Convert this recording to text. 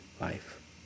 life